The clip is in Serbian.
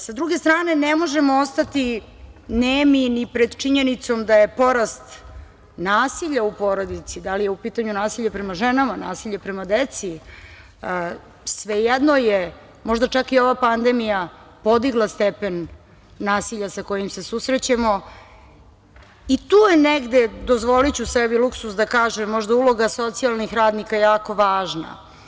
Sa druge strane, ne možemo ostati nemi ni pred činjenicom da je porast nasilja u porodici, da li je u pitanju nasilje prema ženama, nasilje prema deci, svejedno je, možda je čak i ova pandemija podigla stepen nasilja sa kojim se susrećemo, i tu je negde, dozvoliću sebi luksuz da kažem, možda uloga socijalnih radnika jako važna.